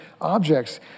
objects